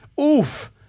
oof